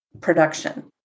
production